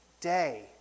day